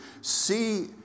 see